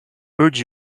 urge